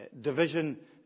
division